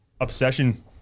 Obsession